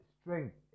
strength